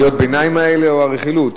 קריאות הביניים האלה או הרכילות.